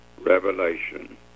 revelation